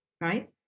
right